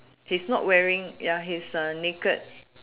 he's not wearing ya he's uh naked